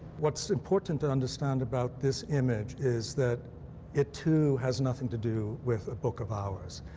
what's important to understand about this image is that it too has nothing to do with a book of hours.